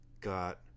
got